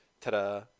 Ta-da